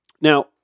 Now